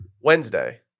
Wednesday